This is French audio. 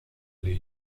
aller